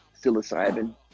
psilocybin